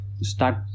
start